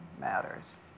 matters